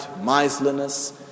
miserliness